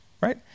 right